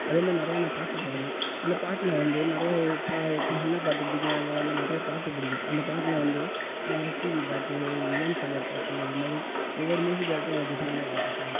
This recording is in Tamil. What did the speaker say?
அதே மாரி நிறைய நான் பாட்டு பாடுவேன் அந்த பாட்டில் வந்து நிறையவே ப இப்போ என்ன பாட்டு பிடிக்கும் எனக்கு வந்து நிறைய பாட்டு பிடிக்கும் அந்த பாட்டில் வந்து எஸ்பிபி பாட்டு யுவன் ஷங்கர் பாட்டு இது மாதிரி ஒவ்வொரு மியூசிக் டேரக்ட்ரும் ஒரு டிஃப்ரெண்ட்டாக போட்டுருப்பாங்க